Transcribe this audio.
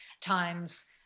times